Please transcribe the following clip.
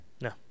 No